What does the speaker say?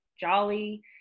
Jolly